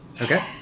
Okay